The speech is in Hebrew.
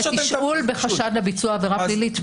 תשאול בחשד לביצוע עבירה פלילית.